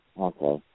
Okay